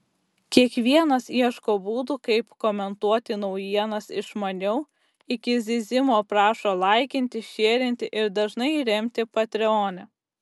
kiekvienas ieško būdų kaip komentuoti naujienas išmaniau iki zyzimo prašo laikinti šierinti ir dažnai remti patreone